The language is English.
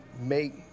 make